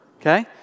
okay